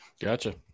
Gotcha